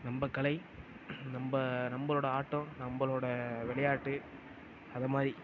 நம்ம கலை நம்ம நம்மளோட ஆட்டம் நம்மளோட விளையாட்டு அது மாதிரி